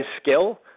skill